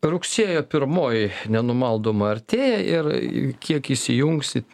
rugsėjo pirmoji nenumaldomai artėja ir kiek įsijungsit